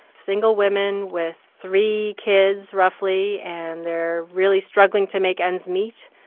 single women with three kids roughly and they are really struggling to make ends meet,